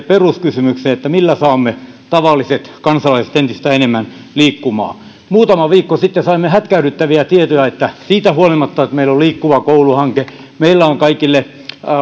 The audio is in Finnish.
peruskysymykseen millä saamme tavalliset kansalaiset entistä enemmän liikkumaan muutama viikko sitten saimme hätkähdyttäviä tietoja että siitä huolimatta että meillä on liikkuva koulu hanke meillä on kaikille